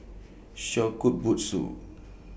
Shokubutsu